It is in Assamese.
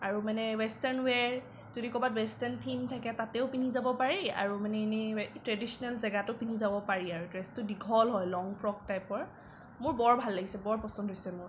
আৰু মানে ৱেষ্টটাৰ্ণ ৱেৰ যদি ক'ৰবাত ৱেষ্টটাৰ্ণ থিম থাকে তাতেও পিন্ধি যাব পাৰি আৰু মানে এনেই ট্ৰেডিচনেল জেগাটো পিন্ধি যাব পাৰি আৰু ড্ৰেছটো দীঘল হয় লং ফ্ৰক টাইপৰ মোৰ বৰ ভাল লাগিছে বৰ পচন্দ হৈছে মোৰ